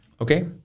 Okay